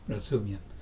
Rozumiem